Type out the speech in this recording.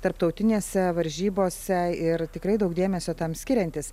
tarptautinėse varžybose ir tikrai daug dėmesio tam skiriantis